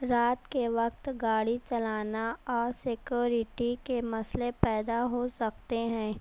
رات کے وقت گاڑی چلانا آسکیورٹی کے مسئلے پیدا ہو سکتے ہیں